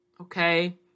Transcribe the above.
okay